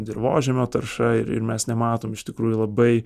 dirvožemio tarša ir ir mes nematom iš tikrųjų labai